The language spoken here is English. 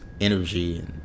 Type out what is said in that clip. energy